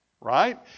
right